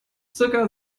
zirka